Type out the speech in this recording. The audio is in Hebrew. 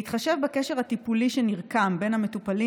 בהתחשב בקשר הטיפולי שנרקם בין המטופלים